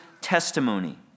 testimony